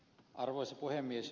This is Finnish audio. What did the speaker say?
arvoisa puhemies